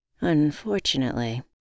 Unfortunately